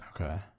Okay